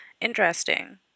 Interesting